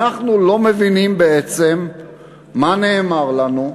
בעצם אנחנו לא מבינים מה נאמר לנו,